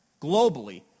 globally